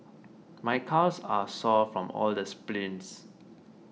my calves are sore from all the sprints